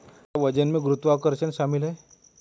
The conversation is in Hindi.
क्या वजन में गुरुत्वाकर्षण शामिल है?